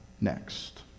next